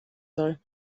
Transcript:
soll